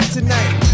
tonight